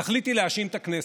התכלית היא להאשים את הכנסת.